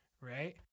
right